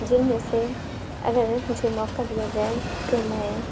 جن میں سے اگر مجھے موقع دیا جائے تو میں